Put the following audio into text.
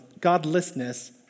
godlessness